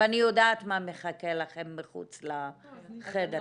ואני יודעת מה מחכה לכם מחוץ לחדר הזה.